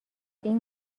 این